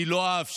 אני לא אאפשר